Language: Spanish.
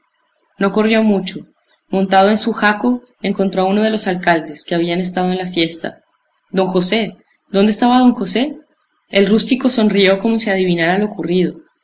no corrió mucho montado en su jaco encontró a uno de los alcaldes que habían estado en la fiesta don josé dónde estaba don josé el rústico sonrió como si adivinara lo ocurrido